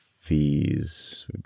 fees